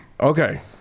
Okay